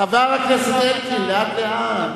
חבר הכנסת אלקין, לאט-לאט.